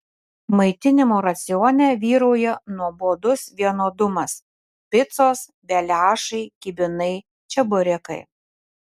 maitinimo racione vyrauja nuobodus vienodumas picos beliašai kibinai čeburekai